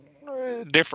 different